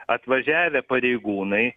atvažiavę pareigūnai